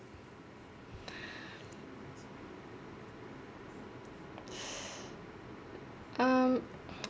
um